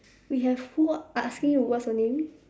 we have who I asking you what's your name